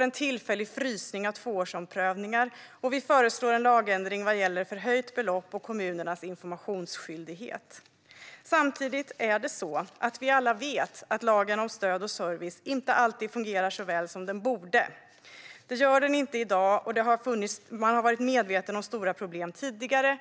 en tillfällig frysning av tvåårsomprövningar och en lagändring vad gäller förhöjt belopp och kommunernas informationsskyldighet. Samtidigt vet vi alla att lagen om stöd och service inte alltid fungerar så väl som den borde. Det gör den inte i dag, och man har varit medveten om stora problem tidigare.